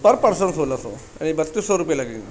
پر person سولہ سو یعنی بتیس سو روپئے لگیں گے